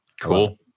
cool